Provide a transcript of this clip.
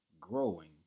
growing